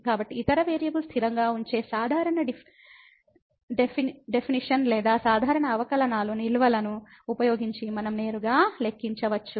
కాబట్టి ఇతర వేరియబుల్ స్థిరంగా ఉంచే సాధారణ డెఫినిషన్ లేదా సాధారణ అవకలనాలు నిల్వలను ఉపయోగించి మనం నేరుగా లెక్కించవచ్చు